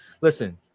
listen